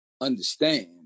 understand